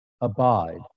Abide